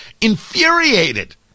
infuriated